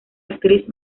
actriz